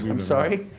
i'm sorry.